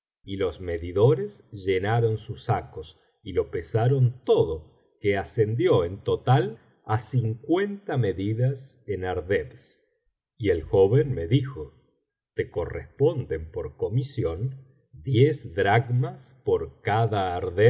y los medidores llenaron sus sacos y lo pesaron todo que ascendió en total á cincuenta medidas en ardebs y el joven rae dijo te corresponden por comisión diez dracmas por cada ardeb